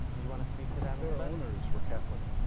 do you want to speak to that? their owners were catholic,